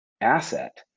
asset